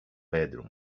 bedroom